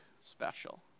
special